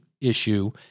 issue